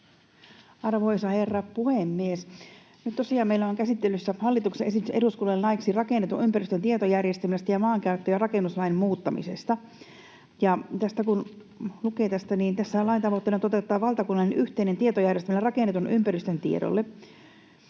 Arvoisa herra puhemies! Nyt tosiaan meillä on käsittelyssä hallituksen esitys eduskunnalle laeiksi rakennetun ympäristön tietojärjestelmästä ja maankäyttö‑ ja rakennuslain muuttamisesta. Kun lukee tästä, niin tässähän lain tavoitteena on toteuttaa valtakunnallinen yhteinen tietojärjestelmä rakennetun ympäristön tiedolle.